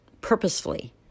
purposefully